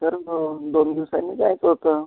sir दोन दिवसांनी जायचं होतं